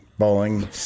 Bowling